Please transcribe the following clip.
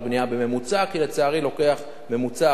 בממוצע, לצערי, ממוצע ארצי,